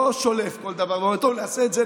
אני לא שולף בכל דבר ואומר: נעשה את זה,